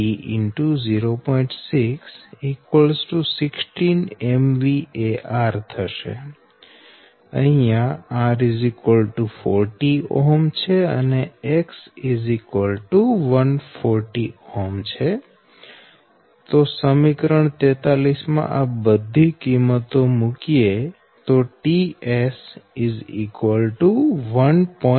6 16 MVAR R 40 Ω X 140 Ω સમીકરણ 43 માં આ બધી કિંમતો મુકતા ts 1 1 21